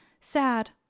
sad